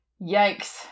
Yikes